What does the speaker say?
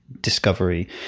discovery